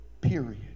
Period